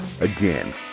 Again